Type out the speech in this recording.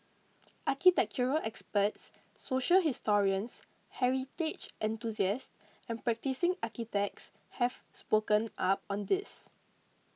architectural experts social historians heritage enthusiasts and practising architects have spoken up on this